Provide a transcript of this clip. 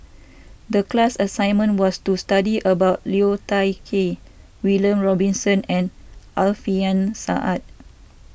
the class assignment was to study about Liu Thai Ker William Robinson and Alfian Sa'At